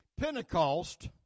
Pentecost